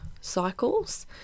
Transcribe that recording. cycles